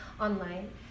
online